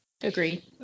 Agree